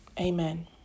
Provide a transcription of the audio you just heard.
Amen